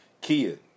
Kia